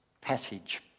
passage